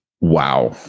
Wow